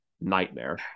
nightmare